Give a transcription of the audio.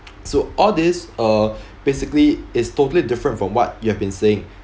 so all this uh basically is totally different from what you have been saying